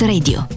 Radio